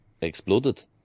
exploded